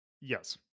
Yes